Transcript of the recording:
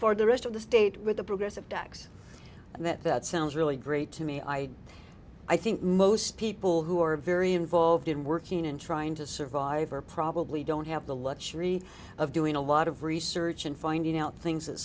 for the rest of the state with a progressive tax and that that sounds really great to me i i think most people who are very involved in working and trying to survive are probably don't have the luxury of doing a lot of research and finding out things that